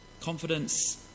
confidence